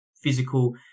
physical